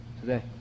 today